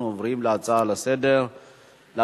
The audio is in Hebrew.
אנחנו עוברים להצעות לסדר-היום.